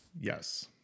yes